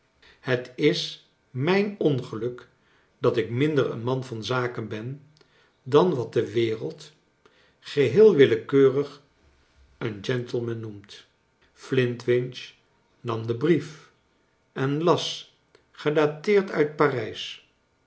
het is mijn ongeluk dat ik minder een man van zaken ben dan wat de wereld geheel willekeurig een gentleman noemt flintwinch nam den brief en las gedateerd uit parijs